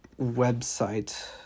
website